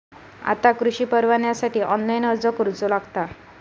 आता कृषीपरवान्यासाठी ऑनलाइन अर्ज करूचो लागता